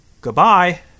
Goodbye